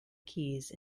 keys